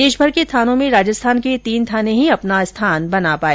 देशभर के थानों में राजस्थान के ये तीन थानें ही अपना स्थान बना पाए